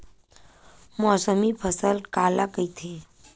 मौसमी फसल काला कइथे?